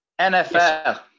NFL